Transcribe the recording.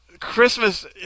Christmas